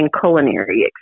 culinary